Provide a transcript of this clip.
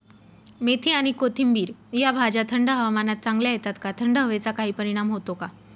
मेथी आणि कोथिंबिर या भाज्या थंड हवामानात चांगल्या येतात का? थंड हवेचा काही परिणाम होतो का?